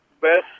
best